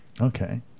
okay